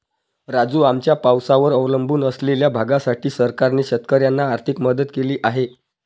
राजू, आमच्या पावसावर अवलंबून असलेल्या भागासाठी सरकारने शेतकऱ्यांना आर्थिक मदत केली आहे